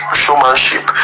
showmanship